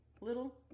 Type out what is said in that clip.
little